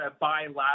bilateral